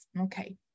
Okay